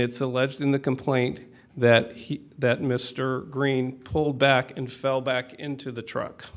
it's alleged in the complaint that he that mr greene pulled back and fell back into the truck